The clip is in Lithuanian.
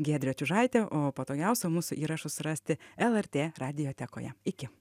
giedrė čiužaitė o patogiausia mūsų įrašus rasti lrt radiotekoje iki